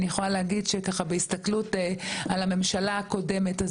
אני יכולה להגיד שככה בהסתכלות על הממשלה הקודמת,